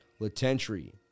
Latentry